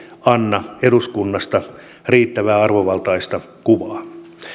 anna eduskunnasta riittävän arvovaltaista kuvaa